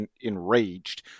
enraged